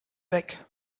weg